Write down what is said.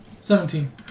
Seventeen